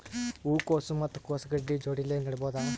ಹೂ ಕೊಸು ಮತ್ ಕೊಸ ಗಡ್ಡಿ ಜೋಡಿಲ್ಲೆ ನೇಡಬಹ್ದ?